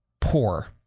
Poor